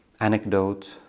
anecdote